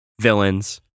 villains